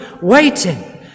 waiting